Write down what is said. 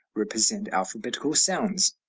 represent alphabetical sounds.